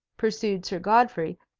pursued sir godfrey,